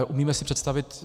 Umíme si představit...